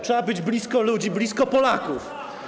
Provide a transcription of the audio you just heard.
Trzeba być blisko ludzi, blisko Polaków.